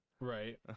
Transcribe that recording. Right